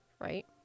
right